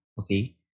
Okay